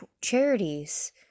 charities